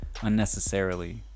unnecessarily